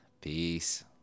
Peace